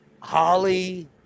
holly